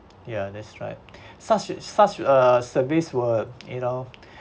ya that's right such such uh service will you know